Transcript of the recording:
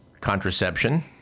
contraception